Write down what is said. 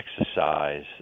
exercise